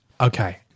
Okay